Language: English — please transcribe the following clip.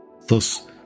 Thus